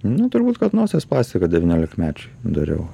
nu turbūt kad nosies plastika devyniolikmečiui dariau